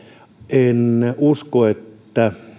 en usko että